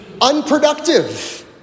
Unproductive